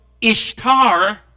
Ishtar